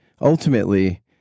ultimately